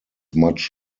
much